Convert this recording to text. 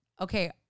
okay